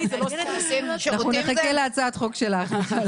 נחכה להצעת חוק שלך.